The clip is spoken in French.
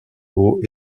haut